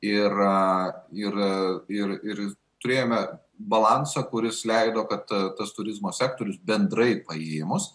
ir ir ir ir turėjome balansą kuris leido kad tas turizmo sektorius bendrai paėmus